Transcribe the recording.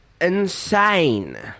Insane